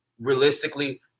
realistically